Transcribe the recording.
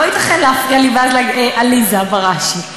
לא ייתכן להפריע לי, עליזה בראשי.